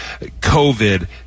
COVID